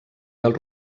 del